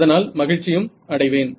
அதனால் மகிழ்ச்சியும் அடைவேன்